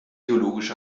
geologisch